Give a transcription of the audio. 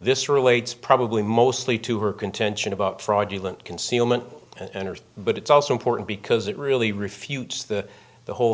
this relates probably mostly to her contention about fraudulent concealment and hers but it's also important because it really refutes the the whole